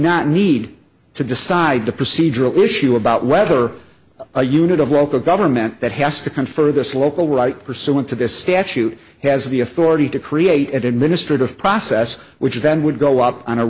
not need to decide the procedural issue about whether a unit of local government that has to confer this local right pursuant to this statute has the authority to create administrative process which then would go up on a